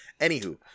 Anywho